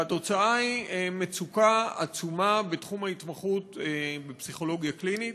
והתוצאה היא מצוקה עצומה בתחום ההתמחות בפסיכולוגיה קלינית.